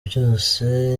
byose